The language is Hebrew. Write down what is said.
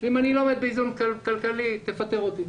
אם אני לא עומד באיזון כלכלי, תפטר אותי.